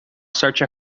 sorte